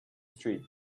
street